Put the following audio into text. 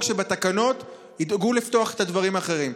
שבתקנות ידאגו לפתוח את הדברים האחרים.